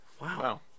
Wow